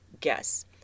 guess